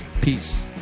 Peace